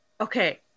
okay